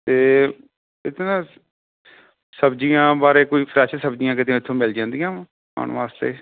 ਅਤੇ ਇੱਥੇ ਨਾ ਸਬਜ਼ੀਆਂ ਬਾਰੇ ਕੋਈ ਫਰੈਸ਼ ਸਬਜ਼ੀਆਂ ਕਿਤੇ ਇੱਥੋਂ ਮਿਲ ਜਾਂਦੀਆਂ ਵਾ ਖਾਣ ਵਾਸਤੇ